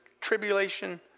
tribulation